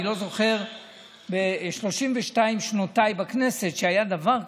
אני לא זוכר ב-32 שנותיי בכנסת שהיה דבר כזה.